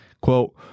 Quote